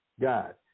God